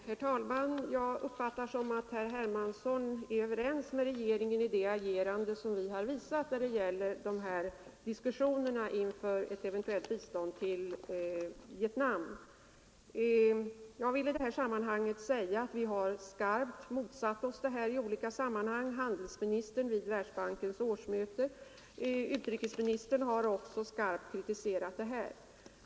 Herr talman! Jag uppfattar det som att herr Hermansson är överens med regeringen när det gäller vårt agerande i diskussionerna inför ett eventuellt bistånd till Vietnam. Jag vill passa på att säga att vi har skarpt motsatt oss detta i olika sammanhang — handelsministern har gjort det vid Världsbankens årsmöte, och även utrikesministern har skarpt kritiserat det.